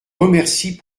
remercie